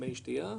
מי שתייה,